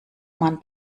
man